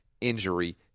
injury